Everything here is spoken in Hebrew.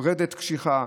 מפרדת קשיחה,